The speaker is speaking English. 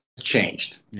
Changed